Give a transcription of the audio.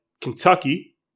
Kentucky